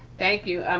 thank you. um